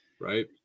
right